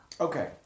okay